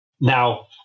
Now